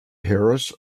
harris